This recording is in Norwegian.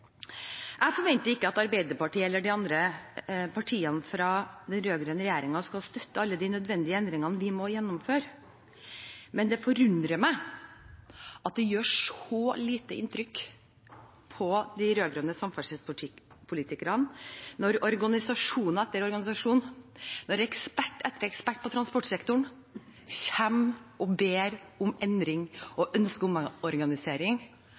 Jeg forventer ikke at Arbeiderpartiet eller de andre partiene fra den rød-grønne regjeringen skal støtte alle de nødvendige endringene vi må gjennomføre, men det forundrer meg at det gjør så lite inntrykk på de rød-grønne samferdselspolitikerne når organisasjon etter organisasjon, når ekspert etter ekspert innen transportsektoren, kommer og ber om endring,